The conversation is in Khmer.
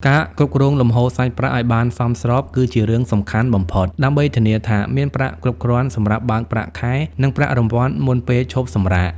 ការគ្រប់គ្រងលំហូរសាច់ប្រាក់ឱ្យបានសមស្របគឺជារឿងសំខាន់បំផុត ដើម្បីធានាថាមានប្រាក់គ្រប់គ្រាន់សម្រាប់បើកប្រាក់ខែ និងប្រាក់រង្វាន់មុនពេលឈប់សម្រាក។